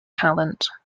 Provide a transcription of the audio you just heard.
talent